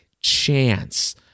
chance